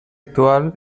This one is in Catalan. actual